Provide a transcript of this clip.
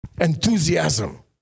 enthusiasm